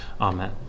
Amen